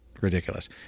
ridiculous